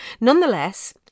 nonetheless